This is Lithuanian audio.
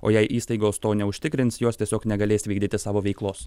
o jei įstaigos to neužtikrins jos tiesiog negalės vykdyti savo veiklos